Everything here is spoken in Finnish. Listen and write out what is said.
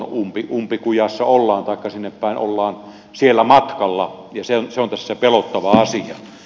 umpikujassa ollaan taikka sinnepäin ollaan siellä matkalla ja se on tässä pelottava asia